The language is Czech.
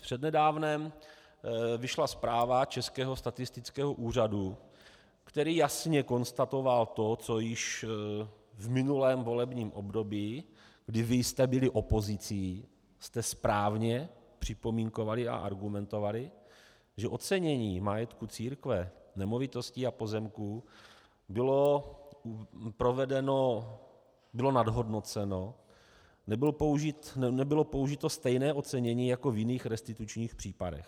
Přednedávnem vyšla zpráva Českého statistického úřadu, který jasně konstatoval to, co již v minulém volebním období, kdy vy jste byli opozicí, jste správně připomínkovali a argumentovali, že ocenění majetku církve nemovitostí a pozemků bylo nadhodnoceno, nebylo použito stejné ocenění jako v jiných restitučních případech.